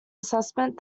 assessment